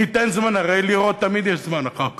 ניתן זמן, הרי לירות תמיד יש זמן אחר כך,